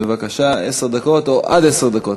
בבקשה, עשר דקות, או עד עשר דקות.